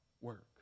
work